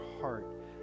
heart